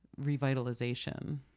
revitalization